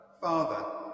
Father